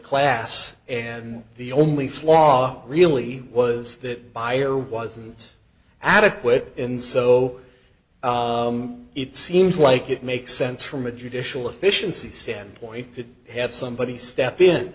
class and the only flaw really was that fire wasn't adequate and so it seems like it makes sense from a judicial efficiency standpoint to have somebody step in